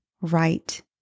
right